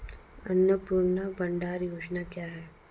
अन्नपूर्णा भंडार योजना क्या है?